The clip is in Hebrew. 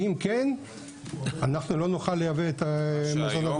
כי אם כן, אנחנו לא נוכל לייבא את המוצר הגולמי.